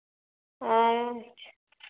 अच्छा